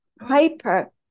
hyper